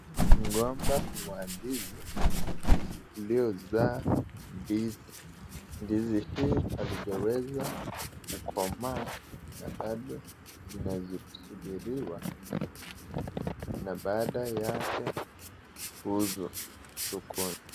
Mgomba wa ndizi uliyo zaa ndizi . Ndizi hii hazijaweza kukomaa na bado inasubiriwa na baada yake kuuzwa sokoni.